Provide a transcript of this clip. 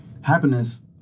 happiness